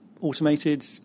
automated